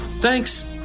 Thanks